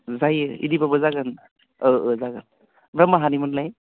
जायो इदिब्लाबो जागोन ओ ओ जागोन नों माहानिमोनलाय